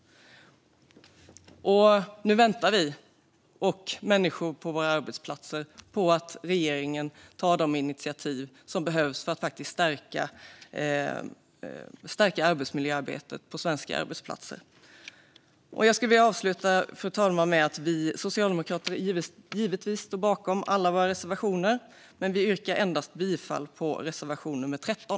Nu väntar vi och människor på våra arbetsplatser på att regeringen ska ta de initiativ som behövs för att stärka arbetsmiljöarbetet på svenska arbetsplatser. Fru talman! Jag skulle vilja avsluta med att säga att vi socialdemokrater givetvis står bakom alla våra reservationer men att vi yrkar bifall endast till reservation nummer 13.